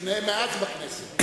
שניהם מאז בכנסת.